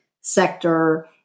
sector